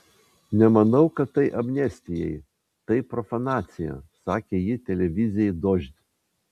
nemanau kad tai amnestijai tai profanacija sakė ji televizijai dožd